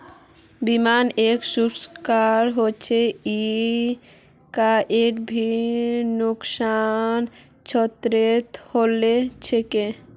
बीमा एक सुरक्षा कवर हछेक ई कोई भी नुकसानेर छतिपूर्तित सहायक हछेक